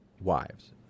wives